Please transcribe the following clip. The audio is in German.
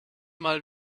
mal